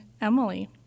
Emily